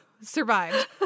survived